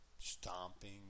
stomping